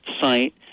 site